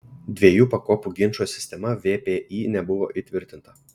dviejų pakopų ginčo sistema vpį nebuvo įtvirtinta